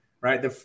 Right